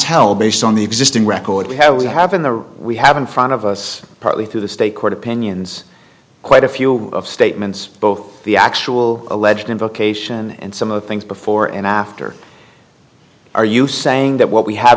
tell based on the existing record we have we have in the we have in front of us probably through the state court opinions quite a few statements both the actual alleged invocation and some of things before and after are you saying that what we have